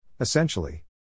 Essentially